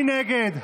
מי נגד?